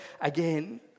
again